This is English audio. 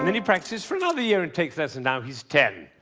um and he practices for another year and takes lessons now he's ten.